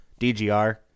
DGR